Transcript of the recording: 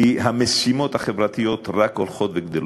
כי המשימות החברתיות רק הולכות וגדלות.